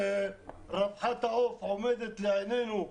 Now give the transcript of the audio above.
רווחת העוף עומדת לנגד עינינו,